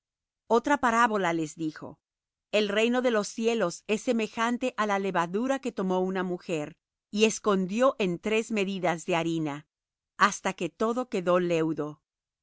otra parábola les dijo el reino de los cielos es semejante á la levadura que tomó una mujer y escondió en tres medidas de harina hasta que todo quedó leudo